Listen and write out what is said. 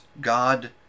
God